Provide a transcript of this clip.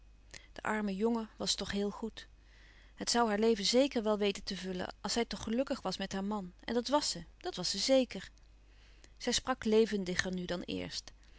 boetseeren de arme jongen was toch heel goed het zoû haar leven zeker wel weten te vullen als zij toch gelukkig was met haar man en dat was ze dat was ze zeker zij sprak levendiger nu dan eerst